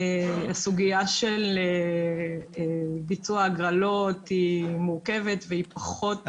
הסוגיה של ביצוע הגרלות היא מורכבת והיא פחות בתחום המומחיות שלי.